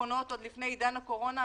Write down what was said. שיטפונות עוד לפני עידן הקורונה.